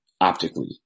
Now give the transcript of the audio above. optically